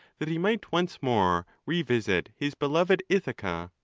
that he might once more revisit his beloved ithaca.